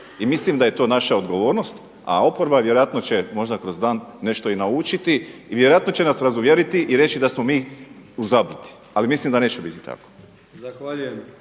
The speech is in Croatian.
mislim da je to naša odgovornost, a oporba vjerojatno će možda kroz dan nešto i naučiti i vjerojatno će nas razuvjeriti i reći da smo mi u zabludi, ali mislim da neće biti tako.